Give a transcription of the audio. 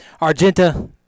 Argenta